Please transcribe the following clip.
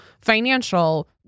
financial